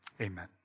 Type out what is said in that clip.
Amen